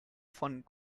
von